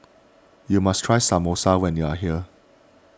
you must try Samosa when you are here